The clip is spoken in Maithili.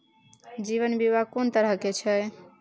जीवन बीमा कोन तरह के छै?